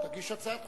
תגיש הצעת חוק.